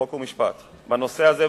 חוק ומשפט בנושא הזה,